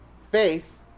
Faith